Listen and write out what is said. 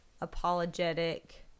apologetic